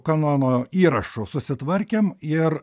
kanono įrašu susitvarkėm ir